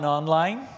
online